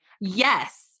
Yes